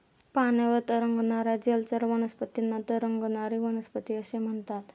पाण्यावर तरंगणाऱ्या जलचर वनस्पतींना तरंगणारी वनस्पती असे म्हणतात